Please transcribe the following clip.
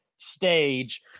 Stage